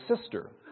sister